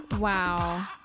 Wow